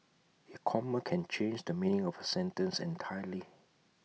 A comma can change the mean of A sentence entirely